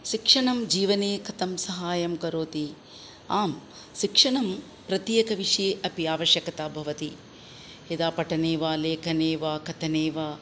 शिक्षणं जीवने कथं साहाय्यं करोति आम् शिक्षणं प्रत्येकविषये अपि आवश्यकता भवति यदा पठने वा लेखने वा कथने वा